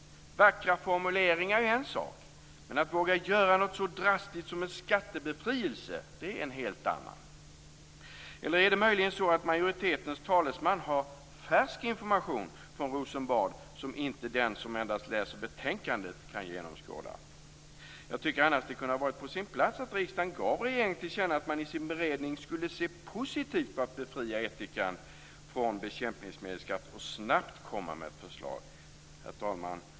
Vackra formuleringar är en sak, men att våga göra något så drastiskt som en skattebefrielse är en helt annan. Är det möjligen så att majoritetens talesman har färsk information från Rosenbad som inte den som endast läser betänkandet kan genomskåda? Jag tycker annars att det kunde ha varit på sin plats att riksdagen gav regeringen till känna att man i sin beredning skulle se positivt på att befria ättikan från bekämpningsmedelsskatt och snabbt komma med ett förslag. Herr talman!